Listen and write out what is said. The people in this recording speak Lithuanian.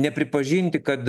nepripažinti kad